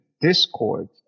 Discord